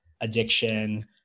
addiction